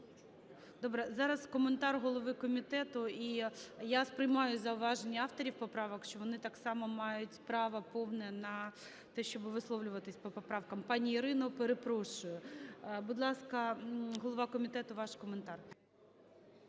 Добре. Зараз коментар голови комітету. І я сприймаю зауваження авторів поправок, що вони так само мають право повне на те, щоб висловлюватися по поправкам. Пані Ірино, перепрошую. Будь ласка, голова комітету, ваш коментар.